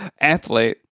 athlete